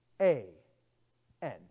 A-N